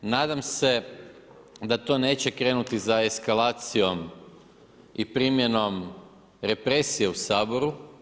Nadam se da to neće krenuti za eskalacijom i primjenom represije u Saboru.